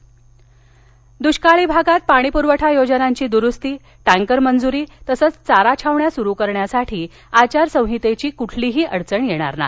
मख्यमंत्री दुष्काळी भागात पाणीप्रवठा योजनांची द्रुस्ती टँकर मंजुरी तसंच चारा छावण्या सुरू करण्यासाठी आचारसंहितेची कुठलीही अडचण येणार नाही